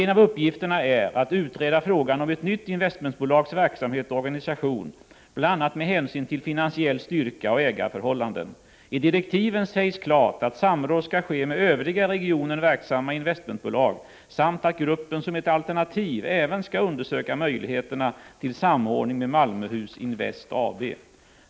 En av uppgifterna är att utreda frågan om ett nytt investmentbolags verksamhet och organisation, bl.a. med hänsyn till finansiell styrka och ägarförhållanden. I direktiven sägs klart att samråd skall ske med övriga i regionen verksamma investmentbolag samt att gruppen som ett alternativ även skall undersöka möjligheterna till samordning med Malmöhus Invest AB.